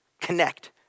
CONNECT